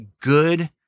good